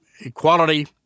equality